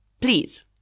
Please